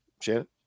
Shannon